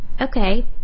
okay